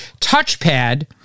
touchpad